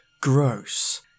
gross